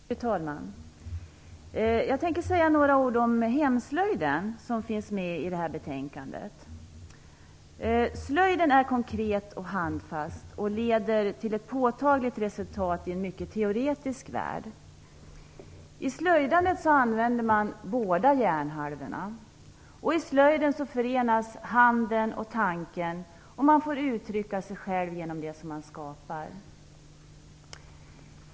Fru talman! Jag tänker säga några ord om hemslöjden, som också behandlas i det här betänkandet. Slöjden är konkret och handfast och leder till ett påtagligt resultat i en mycket teoretisk värld. I slöjdandet använder man båda hjärnhalvorna. I slöjden förenas handen och tanken. Man får uttrycka sig själv genom det man skapar.